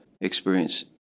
experience